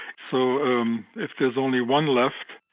so um if there's only one left,